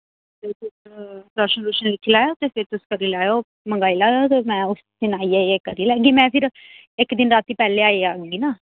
ration रूशन दिखी लैओ ते फ्ही तोस करी लैओ मंगाई लैओ में करी लैगी मैं फिर इक दिन राती पैह्ले आई जागी न